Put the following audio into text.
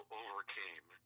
overcame